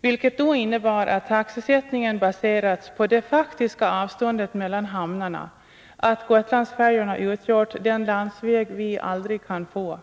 vilket inneburit att taxesättningen baserats på det faktiska avståndet mellan hamnarna, att Gotlandsfärjorna utgjort den landsväg vi aldrig kan få.